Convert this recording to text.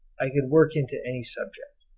i could work into any subject.